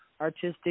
artistic